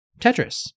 Tetris